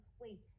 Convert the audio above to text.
wait